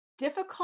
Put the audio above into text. difficult